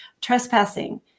trespassing